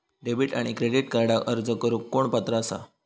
Debit आणि credit कार्डक अर्ज करुक कोण पात्र आसा?